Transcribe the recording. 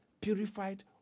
purified